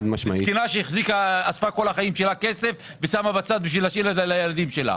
מזכירה שאספה כל החיים שלה כסף ושמה בצד כדי להשאיר לילדים שלה.